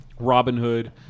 Robinhood